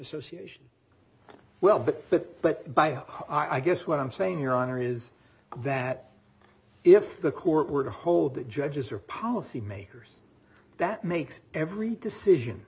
association well but but but by i guess what i'm saying your honor is that if the court were to hold the judges or policy makers that makes every decision